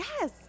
yes